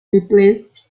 replaced